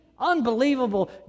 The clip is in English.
Unbelievable